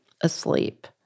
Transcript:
asleep